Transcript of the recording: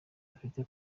afite